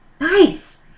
nice